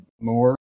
more